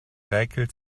räkelt